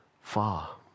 far